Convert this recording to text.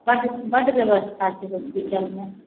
बड्ड बड्ड व्यवस्था छै हॉस्पिटलमे